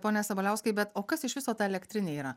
pone sabaliauskai bet o kas iš viso ta elektrinė yra